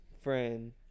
friend